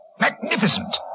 Magnificent